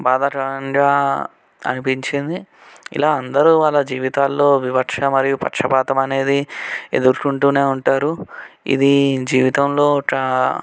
బాధాకరంగా అనిపించింది ఇలా అందరూ వాళ్ళ జీవితాల్లో వివక్ష మరియు పక్షపాతం అనేది ఎదురుకొంటూనే ఉంటారు ఇది జీవితంలో ఒక